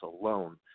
alone